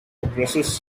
addresses